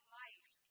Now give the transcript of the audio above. life